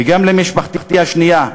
וגם למשפחתי השנייה,